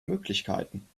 möglichkeiten